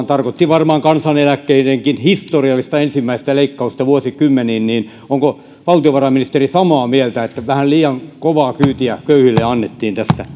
tarkoitti varmaan kansaneläkkeidenkin historiallista ensimmäistä leikkausta vuosikymmeniin onko valtiovarainministeri samaa mieltä että vähän liian kovaa kyytiä köyhille annettiin